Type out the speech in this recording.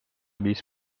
viis